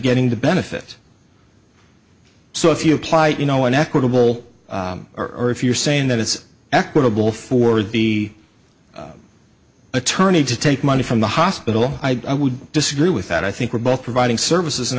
getting the benefit so if you apply you know an equitable or if you're saying that it's equitable forward be attorney to take money from the hospital i would disagree with that i think we're both providing services and